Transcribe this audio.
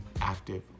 active